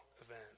event